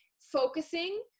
focusing